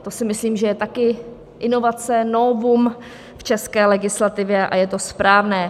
To si myslím, že je také inovace, novum v české legislativě, a je to správné.